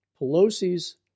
Pelosi's